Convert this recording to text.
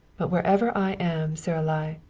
but wherever i am saralie,